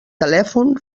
telèfon